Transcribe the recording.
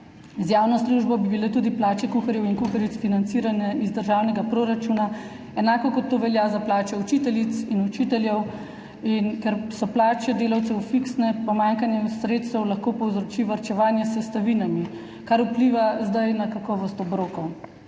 Z javno službo bi bile tudi plače kuharjev in kuharic financirane iz državnega proračuna, enako kot to velja za plače učiteljic in učiteljev. Ker so plače delavcev fiksne, pomanjkanje sredstev lahko povzroči varčevanje s sestavinami, kar zdaj vpliva na kakovost obrokov.